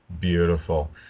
Beautiful